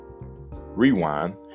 Rewind